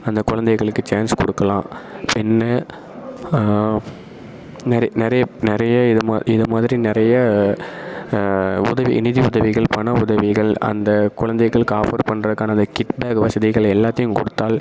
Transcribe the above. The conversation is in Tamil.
அந்த குழந்தைகளுக்கு சான்ஸ் கொடுக்கலாம் பின்ன நிறை நிறைய நிறைய இது மா இது மாதிரி நிறைய உதவி நிதி உதவிகள் பண உதவிகள் அந்த குழந்தைகளுக்கு ஆஃபர் பண்ணுறதுக்கான அந்த கிட் பேக் வசதிகள் எல்லாத்தையும் கொடுத்தால்